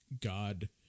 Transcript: God